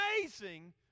amazing